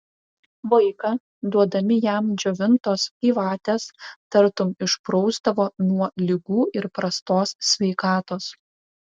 vaiką duodami jam džiovintos gyvatės tartum išprausdavo nuo ligų ir prastos sveikatos